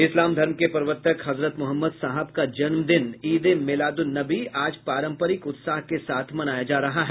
इस्लाम धर्म के प्रवर्तक हजरत मोहम्मद साहेब का जन्मदिन ईद ए मिलाद आज पारंपरिक उत्साह के साथ मनाया जा रहा है